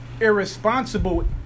irresponsible